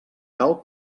cal